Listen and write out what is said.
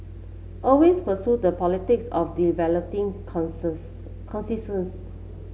always pursue the politics of developing consensus